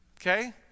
Okay